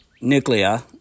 nuclear